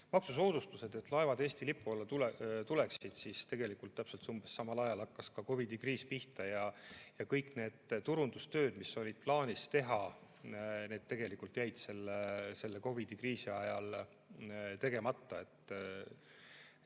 maksusoodustused, et laevad Eesti lipu alla tuleksid, siis tegelikult umbes samal ajal hakkas ka COVID-i kriis pihta ja kõik need turundustööd, mis oli plaanis teha, tegelikult jäid COVID-i kriisi ajal tegemata.